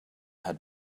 had